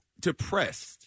depressed